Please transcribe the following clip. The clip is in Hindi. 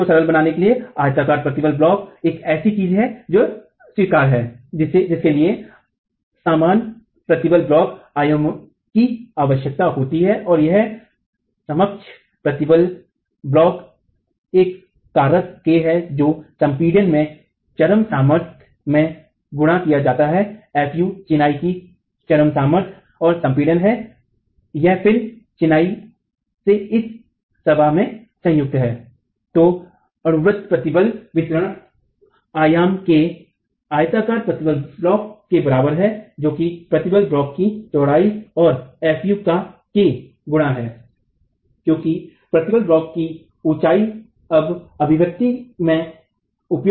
चीजों को सरल बनाने के लिए आयताकार प्रतिबल ब्लॉक एक ऐसी चीज है जो स्वीकार्य है जिसके लिए आपको समान प्रतिबल ब्लॉक आयामों की आवश्यकता होती है और यहां समकक्ष प्रतिबल ब्लॉक एक कारक k है जो संपीड़न में चरम सामर्थ्य में गुणा किया जाता है fu चिनाई की चरम सामर्थ्य और संपीड़न है यह फिर चिनाई से इस सभा में संयुक्त है तो अणुवृत्त प्रतिबल वितरण आयाम के आयताकार प्रतिबल ब्लॉक के बराबर है जो कि प्रतिबल ब्लॉक की चौड़ाई और fu का k गुना है क्योंकि प्रतिबल ब्लॉक की ऊंचाई अब अभिव्यक्ति में उपयोग होने जा रही है